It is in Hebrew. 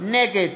נגד